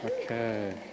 Okay